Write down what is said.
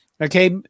Okay